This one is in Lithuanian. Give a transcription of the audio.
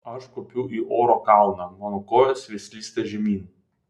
aš kopiu į oro kalną mano kojos vis slysta žemyn